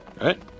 Right